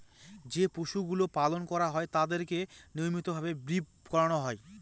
যে পশুগুলো পালন করা হয় তাদেরকে নিয়মিত ভাবে ব্রীড করানো হয়